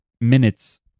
minutes